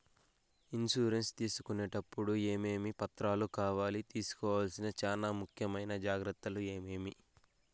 Insurance తీసుకునేటప్పుడు టప్పుడు ఏమేమి పత్రాలు కావాలి? తీసుకోవాల్సిన చానా ముఖ్యమైన జాగ్రత్తలు ఏమేమి?